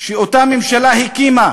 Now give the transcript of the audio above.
שאותה ממשלה הקימה